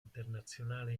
internazionale